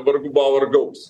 vargu bau ar gaus